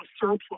surplus